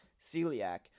celiac